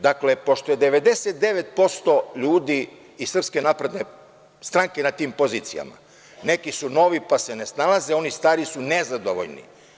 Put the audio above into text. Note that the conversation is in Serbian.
Dakle, pošto je 99% ljudi iz SNS na tim pozicijama, neki su novi pa se ne snalaze, oni stari su nezadovoljni.